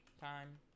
time